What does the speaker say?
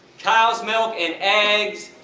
cows milk and eggs.